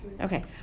Okay